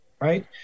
Right